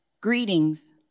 greetings